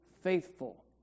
faithful